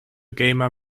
gamer